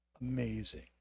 amazing